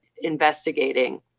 investigating